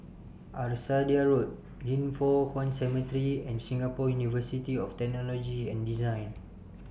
Arcadia Road Yin Foh Kuan Cemetery and Singapore University of Technology and Design